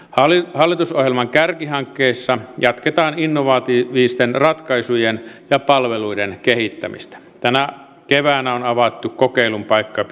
hallitusohjelman kärkihankkeissa jatketaan innovatiivisten ratkaisujen ja palveluiden kehittämistä tänä keväänä on avattu kokeilunpaikka